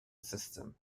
system